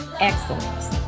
excellence